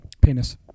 Penis